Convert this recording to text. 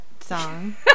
song